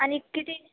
आणि किती